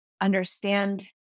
understand